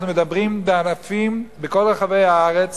אנחנו מדברים באלפים בכל רחבי הארץ,